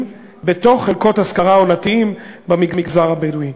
בתוך חלקות להשכרה עונתית במגזר הבדואי.